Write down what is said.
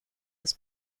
aus